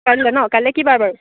কাইলৈ ন কাইলে কি বাৰ বাৰু